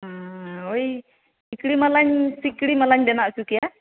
ᱚ ᱳᱭ ᱥᱤᱠᱲᱤ ᱢᱟᱞᱟᱧ ᱥᱤᱠᱲᱤ ᱢᱟᱞᱟᱧ ᱵᱮᱱᱟᱣ ᱚᱪᱚ ᱠᱮᱭᱟ